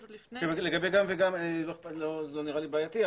לגבי גם וגם, זה לא נראה לי בעייתי.